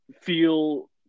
feel